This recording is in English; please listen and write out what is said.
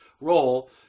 role